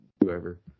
whoever